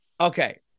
Okay